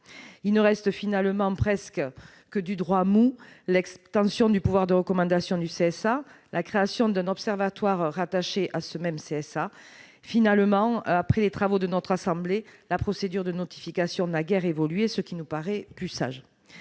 Il ne reste finalement presque que du « droit mou »: l'extension du pouvoir de recommandation du CSA et la création d'un observatoire qui lui serait rattaché. Finalement, après les travaux de notre assemblée, la procédure de notification n'a guère évolué, ce qui nous paraît plus sage.